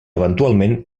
eventualment